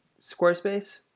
Squarespace